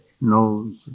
knows